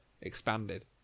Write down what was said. expanded